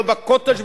ולא ב"קוטג'",